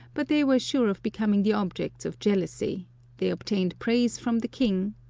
but they were sure of becoming the objects of jealousy they obtained praise from the king,